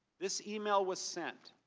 this email was sent